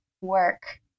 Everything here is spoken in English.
work